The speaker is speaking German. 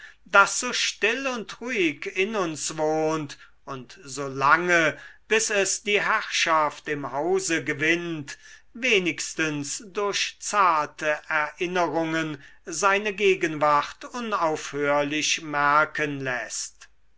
das so still und ruhig in uns wohnt und so lange bis es die herrschaft im hause gewinnt wenigstens durch zarte erinnerungen seine gegenwart unaufhörlich merken läßt